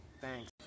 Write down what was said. Thanks